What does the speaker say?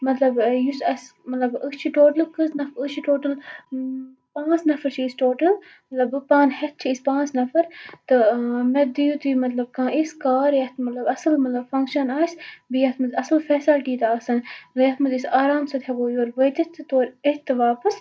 مَطلَب یُس اَسہِ مَطلَب أسۍ چھِ ٹوٹَل کٔژ نَفَر أسۍ چھِ ٹوٹَل پانٛژھ نَفَر چھِ أسۍ ٹوٹَل مطلب بہٕ پانہٕ ہیٚتھ چھِ أسۍ پانٛژھ نَفَر تہٕ مےٚ دِیو تُہۍ مَطلَب کانٛہہ یِژھ کار یَتھ مَطلَب اصل مَطلَب فَنٛکشَن آسہِ بیٚیہِ یَتھ مَنٛز اصل فیسَلٹی تہِ آسَن بیٚیہِ یتھ منٛز أسۍ آرام سۭتۍ ہیٚکو أسۍ یورٕ وٲتِتھ تہِ تہٕ تور یِتھ تہٕ واپَس